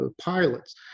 pilots